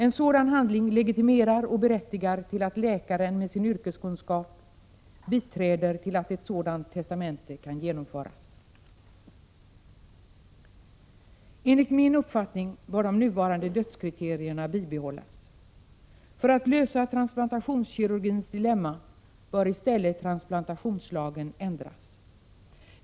En sådan handling legitimerar och berättigar läkaren med sin yrkeskunskap att biträda, så att ett sådant testamente kan genomföras. Enligt min uppfattning bör de nuvarande dödskriterierna bibehållas. För att lösa transplantationskirurgins dilemma bör i stället transplantationslagen ändras.